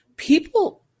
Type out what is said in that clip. People